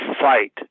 fight